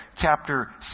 chapter